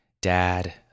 Dad